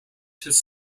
his